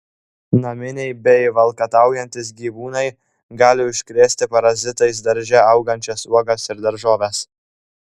naminiai bei valkataujantys gyvūnai gali užkrėsti parazitais darže augančias uogas ir daržoves